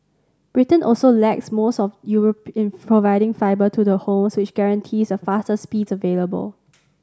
Britain also lags most of in providing fibre to the home which guarantees are fastest speeds available